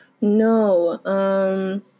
No